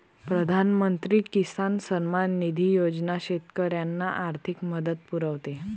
प्रधानमंत्री किसान सन्मान निधी योजना शेतकऱ्यांना आर्थिक मदत पुरवते